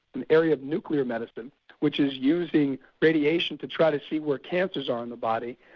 an area of nuclear medicine which is using radiation to try to see where cancers are in the body,